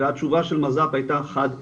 והתשובה של מז"פ הייתה חד וחלק,